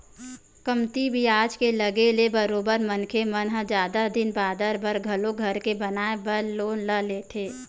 कमती बियाज के लगे ले बरोबर मनखे मन ह जादा दिन बादर बर घलो घर के बनाए बर लोन ल लेथे